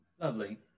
Lovely